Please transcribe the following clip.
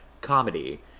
comedy